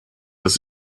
das